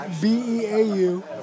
B-E-A-U